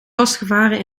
vastgevaren